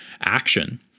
action